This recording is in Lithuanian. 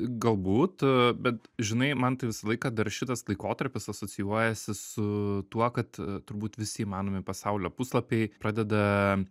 galbūt bet žinai man tai visą laiką dar šitas laikotarpis asocijuojasi su tuo kad turbūt visi įmanomi pasaulio puslapiai pradeda